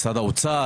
משרד האוצר.